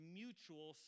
mutual